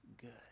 good